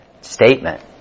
statement